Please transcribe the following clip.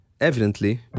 Evidently